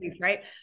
right